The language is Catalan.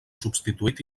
substituït